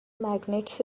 magnets